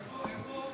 איפה?